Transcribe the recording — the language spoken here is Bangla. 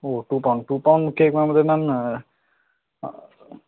ও two pound two pound cake ma'am আমাদের ম্যাম